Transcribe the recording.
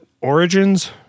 origins